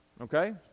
Okay